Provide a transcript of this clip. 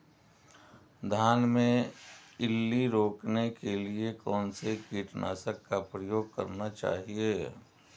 धान में इल्ली रोकने के लिए कौनसे कीटनाशक का प्रयोग करना चाहिए?